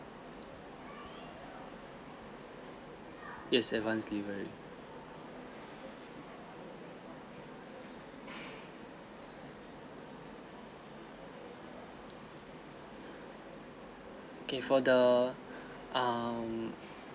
yes advance delivery okay for the um